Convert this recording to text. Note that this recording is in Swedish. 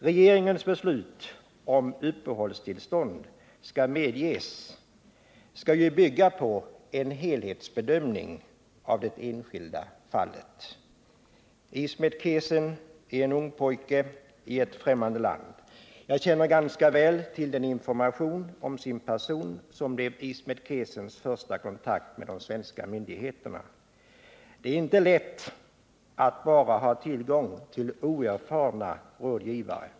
Regeringens beslut i frågan, om uppehållstillstånd skall medges, skall bygga på en helhetsbedömning av det enskilda fallet. Ismet Kesen är en ung pojke i ett fftämmande land. Jag känner ganska väl till den information om sin person som Ismet Kesen lämnade vid sin första kontakt med de svenska myndigheterna. Det är inte lätt att bara ha tillgång till oerfarna rådgivare.